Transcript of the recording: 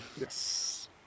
Yes